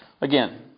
Again